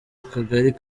akagari